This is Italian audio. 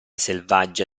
selvaggia